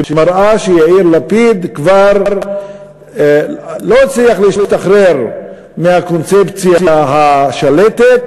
שמראה שיאיר לפיד כבר לא הצליח להשתחרר מהקונספציה השלטת,